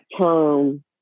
term